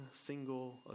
single